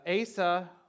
Asa